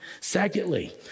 Secondly